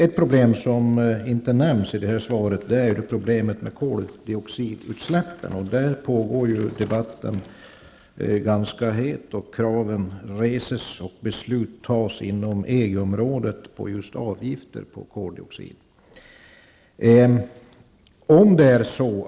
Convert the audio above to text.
Ett problem som inte nämns i svaret är koldioxidutsläppen. Där är debatten ganska het. Krav reses och beslut fattas inom EG-området om just avgifter för koldioxidutsläpp.